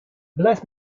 bless